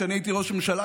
כשאני הייתי ראש הממשלה,